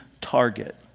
target